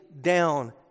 down